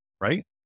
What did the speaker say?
right